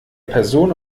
person